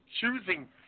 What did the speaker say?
Choosing